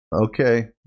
Okay